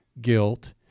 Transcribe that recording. guilt